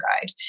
Guide